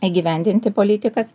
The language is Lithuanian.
įgyvendinti politikas